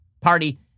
party